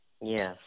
Yes